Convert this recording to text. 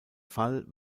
fall